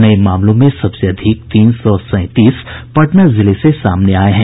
नये मामलों में सबसे अधिक तीन सौ सैंतीस पटना जिले से सामने आये हैं